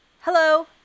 Hello